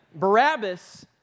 Barabbas